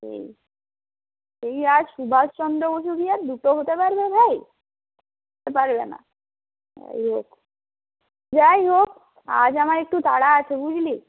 সেই সেই আর সুভাষচন্দ্র বসু কি আর দুটো হতে পারবে ভাই পারবে না যাই হোক আজ আমার একটু তাড়া আছে বুঝলি